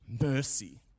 mercy